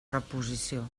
reposició